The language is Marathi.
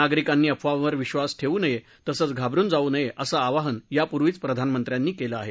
नागरिकांनी अफावांवर विधास ठेवू नये तसंच घाबरुन जाऊ नये असं आवाहन यापूर्वीचं प्रधानमंत्र्यांनी केलं आहे